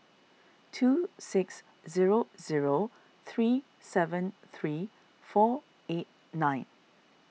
two six zero zero three seven three four eight nine